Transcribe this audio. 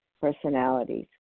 personalities